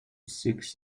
six